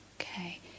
Okay